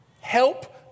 Help